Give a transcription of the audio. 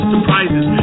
Surprises